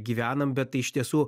gyvenam bet tai iš tiesų